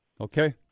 Okay